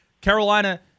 Carolina